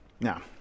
Now